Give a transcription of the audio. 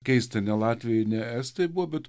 keista ne latviai ne estai buvo bet